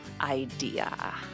idea